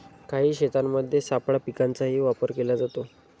काही शेतांमध्ये सापळा पिकांचाही वापर केला जातो